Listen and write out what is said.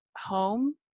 home